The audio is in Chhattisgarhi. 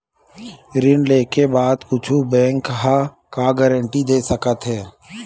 ऋण लेके बाद कुछु बैंक ह का गारेंटी दे सकत हे?